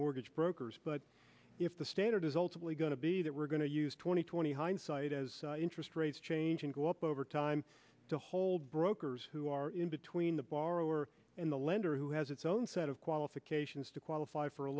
mortgage brokers but if the standard is ultimately going to be that we're going to use twenty twenty hindsight as interest rates change and go up over time to hold brokers who are in between the borrower and the lender who has its own set of qualifications to qualify for a